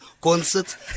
concert